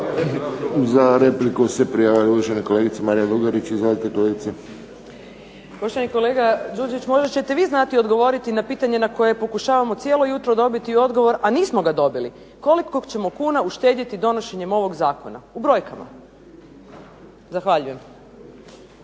Za repliku se prijavila kolegica Marija Lugarić. Izvolite. **Lugarić, Marija (SDP)** Poštovani kolega Đurđević možda ćete vi znati odgovoriti na pitanje na koje pokušavamo cijelo jutro dobiti odgovor, a nismo ga dobili. Koliko ćemo kuna uštedjeti donošenjem ovog zakona u brojkama? Zahvaljujem.